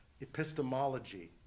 epistemology